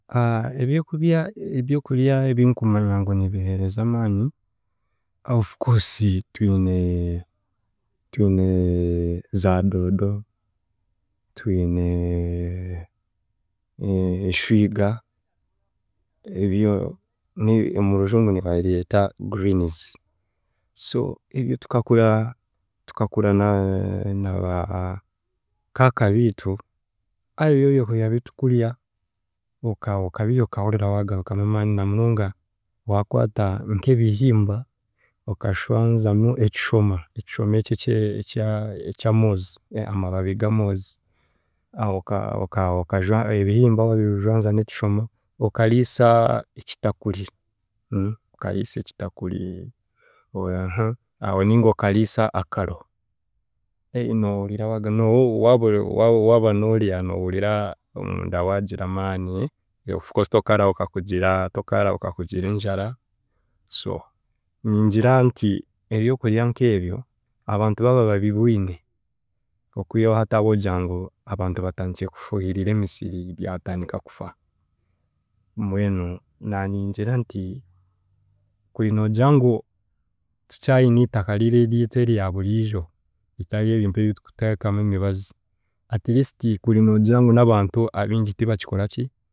ebyokubya ebyokurya ebinkumanya ngu nibiheereza amaani of course twine twine za doodo, twine e- eshwiga ebyo ni omu rujungu nibabyeta greens, so ebyo tukakura tukakura na naba a- kaaka biitu aribyo byokurya bitukurya okabi okabirya okahurira waagarukamu amaani namunonga waakwata nk'ebihimba akajwanzamu ekishoma ekishoma eki ekya ekya eky’amoozi amababi g’amoozi aho oka oka okajwa ebihimba waabijwanza n'ekishoma okariisa ekitakuri okariisa ekitakuri aha aho ninga okariisa akaro e- noohurira waaga wa wa waaba noorya noohurira omunda waagira amaani ofcourse tokaarahuka kugira tokarahuka kugira enjara so ningira nti ebyokurya nk'ebyo abantu baaba babibwine okwihaho hati ahabw'okugira ngu abantu batandikire kufuhirira emisiri byatandika kufa, mbwenu naaningira nti kuri noogira ngu tukyayine itaka riri eryitu eryaburiijo bitaryebi mpaha ebitukuteekamu emibazi atleast kuri noogira ngu n'abantu abingi batakikoraki